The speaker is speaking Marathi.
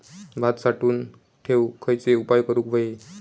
भात साठवून ठेवूक खयचे उपाय करूक व्हये?